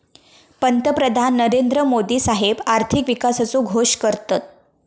पंतप्रधान नरेंद्र मोदी साहेब आर्थिक विकासाचो घोष करतत